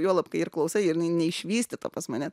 juolab kai ir klausa ir jinai neišvystyta pas mane